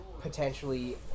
potentially